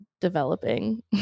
developing